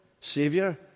Savior